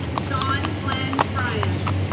shaun glenn friant